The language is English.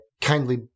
kindly